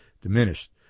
diminished